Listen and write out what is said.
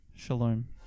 Shalom